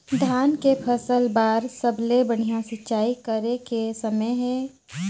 धान के फसल बार सबले बढ़िया सिंचाई करे के समय हे?